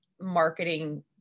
marketing